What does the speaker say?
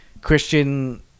Christian